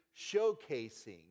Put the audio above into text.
showcasing